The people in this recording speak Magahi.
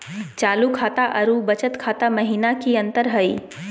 चालू खाता अरू बचत खाता महिना की अंतर हई?